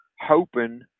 hoping